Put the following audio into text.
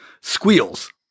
squeals